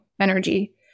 energy